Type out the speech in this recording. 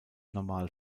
normal